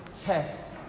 test